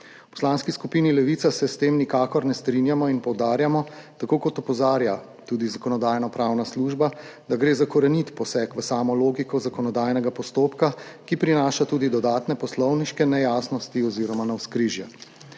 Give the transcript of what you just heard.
Poslanski skupini Levica se s temnikakor ne strinjamo in poudarjamo, tako kot opozarja tudi Zakonodajno-pravna služba, da gre za korenit poseg v samo logiko zakonodajnega postopka, ki prinaša tudi dodatne poslovniške nejasnosti oziroma navzkrižja.